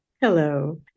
Hello